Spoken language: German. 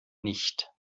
nicht